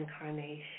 incarnation